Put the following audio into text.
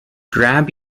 grab